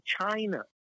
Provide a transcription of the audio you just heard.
China